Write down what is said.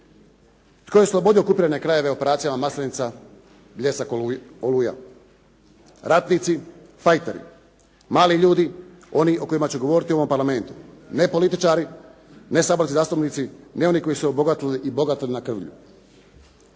Tko je oslobodio okupirane krajeve operacijama Maslenica, Bljesak, Oluja? Ratnici, fajteri, mali ljudi, oni o kojima ću govoriti u ovom Parlamentu. Ne političari, ne saborski zastupnici, ne oni koji su se obogatili i bogate na krvlju.